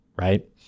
Right